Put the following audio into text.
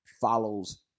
follows